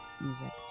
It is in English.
music